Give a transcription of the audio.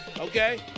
Okay